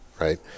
right